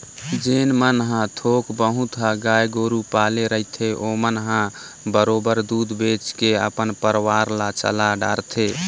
जेन मन ह थोक बहुत ह गाय गोरु पाले रहिथे ओमन ह बरोबर दूद बेंच के अपन परवार ल चला डरथे